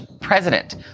president